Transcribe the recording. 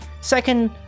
Second